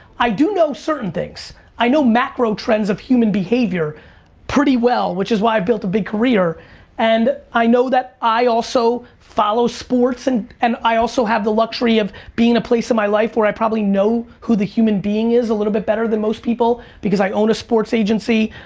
i do know certain things. i know macrotrends of human behavior pretty well which is why i built a big career and i know that i also follow sports and and i also have the luxury of being at a place in my life where i probably know who the human being is a little bit better than most people because i own a sports agency,